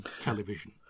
television